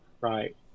right